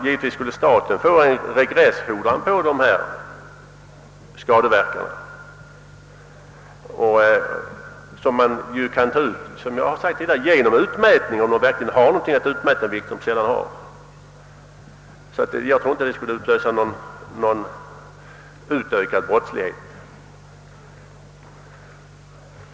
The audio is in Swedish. Givetvis skulle staten för utlägg för dylika skadeverkningar få en regressfordran, som kunde tas ut genom utmätning — om det verkligen finns något att utmäta, vilket det sällan gör. Jag tror inte att ett sådant system skulle utlösa utökad brottslighet.